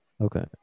Okay